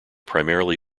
primarily